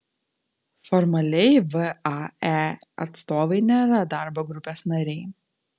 formaliai vae atstovai nėra darbo grupės nariai